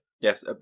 Yes